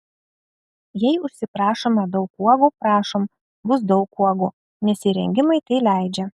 jei užsiprašoma daug uogų prašom bus daug uogų nes įrengimai tai leidžia